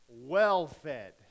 Well-fed